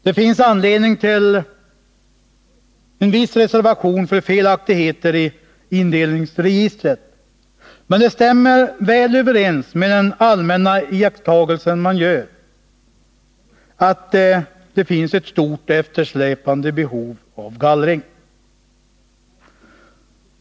Det finns anledning till en viss reservation för felaktigheter i indelningsregistret, men statistiken stämmer väl överens med den allmänna iakttagelse man gör, att det finns ett stort eftersläpande behov av gallring.